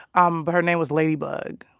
um but her name was ladybug.